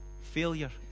failure